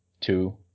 two